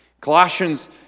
Colossians